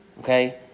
okay